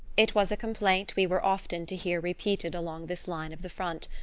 it was a complaint we were often to hear repeated along this line of the front,